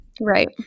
Right